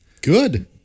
Good